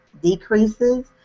decreases